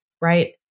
right